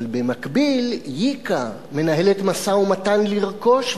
אבל במקביל יק"א מנהלת משא-ומתן לרכוש,